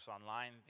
online